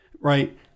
right